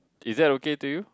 is that okay to you